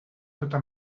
tota